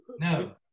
No